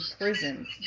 prisons